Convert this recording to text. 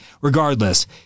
regardless